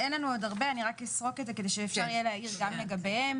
רק אסרוק את זה כדי שאפשר יהיה להעיר גם לגביהן.